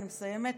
אני מסיימת,